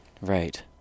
Right